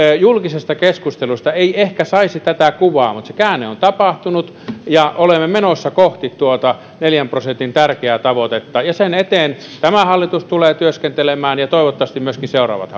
julkisesta keskustelusta ei ehkä saisi tätä kuvaa mutta se käänne on tapahtunut ja olemme menossa kohti tuota neljän prosentin tärkeää tavoitetta ja sen eteen tämä hallitus tulee työskentelemään ja toivottavasti myöskin seuraavat